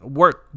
work